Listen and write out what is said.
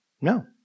No